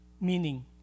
meaning